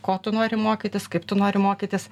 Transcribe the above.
ko tu nori mokytis kaip tu nori mokytis